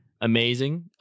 Amazing